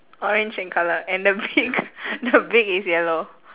orange in colour and the beak the beak is yellow